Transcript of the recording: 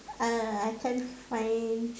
uh I can't find